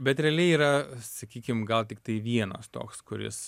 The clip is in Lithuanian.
bet realiai yra sakykim gal tiktai vienas toks kuris